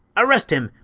arrest him!